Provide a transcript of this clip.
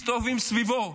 מסתובבים סביבו,